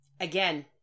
Again